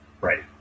right